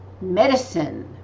medicine